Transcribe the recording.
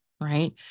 right